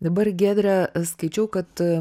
dabar giedre skaičiau kad